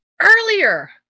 earlier